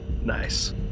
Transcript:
Nice